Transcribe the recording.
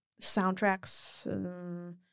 soundtracks